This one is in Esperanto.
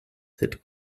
sed